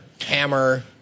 hammer